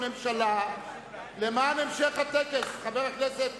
המשך הטקס.